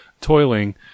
toiling